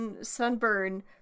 Sunburn